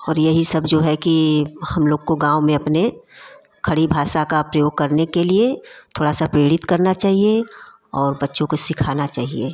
और यही सब जो है कि हम लोग को गाँव में अपने खड़ी भाषा का प्रयोग करने के लिए थोड़ा सा प्रेरित करना चाहिए और बच्चों को सिखाना चाहिए